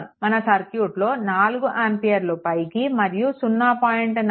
మన సర్క్యూట్లో 4 ఆంపియర్లు పైకి మరియు 0